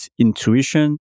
intuition